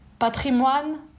patrimoine